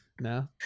no